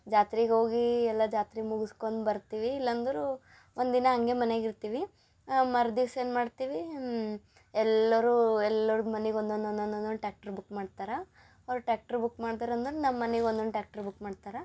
ಜಾತ್ರೆಗೆ ಹೋಗಿ ಎಲ್ಲ ಜಾತ್ರೆ ಮುಗುಸ್ಕೊಂಡ್ ಬರ್ತೀವಿ ಇಲ್ಲಂದ್ರೆ ಒಂದು ದಿನ ಹಂಗೆ ಮನೆಗೆ ಇರ್ತೀವಿ ಮರು ದಿವ್ಸ ಏನು ಮಾಡ್ತೀವಿ ಎಲ್ಲರೂ ಎಲ್ಲರ ಮನೆಗೆ ಒಂದೊಂದು ಒಂದೊಂದು ಒಂದೊಂದು ಟ್ಯಾಕ್ಟ್ರಿ ಬುಕ್ ಮಾಡ್ತಾರ ಅವ್ರು ಟ್ಯಾಕ್ಟ್ರು ಬುಕ್ ಮಾಡ್ತರೆ ಅಂದ್ರೆ ನಮ್ಮ ಮನಿಗೆ ಒಂದೊಂದು ಟ್ಯಾಕ್ಟ್ರು ಬುಕ್ ಮಾಡ್ತಾರ